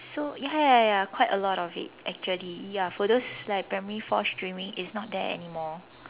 so ya ya ya quite a lot of it actually ya for those like primary four streaming it's not there anymore